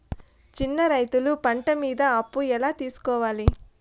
చిన్న రైతులు పంట మీద అప్పు ఎలా తీసుకోవాలి?